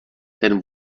ten